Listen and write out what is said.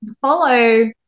follow